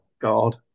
God